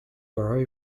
were